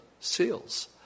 seals